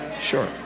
Sure